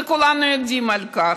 וכולנו יודעים על כך.